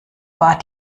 war